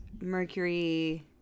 Mercury